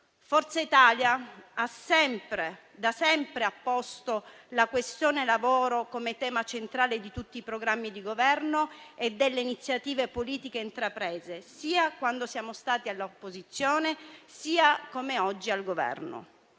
Forza Italia ha da sempre posto la questione lavoro come tema centrale di tutti i programmi di Governo e delle iniziative politiche intraprese, sia quando siamo stati all'opposizione, sia quando siamo